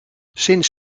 sinds